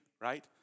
right